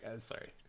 sorry